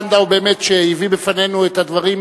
אנחנו נמצאים עכשיו במהפכה בתחום המים,